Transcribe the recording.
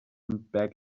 back